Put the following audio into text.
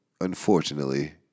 unfortunately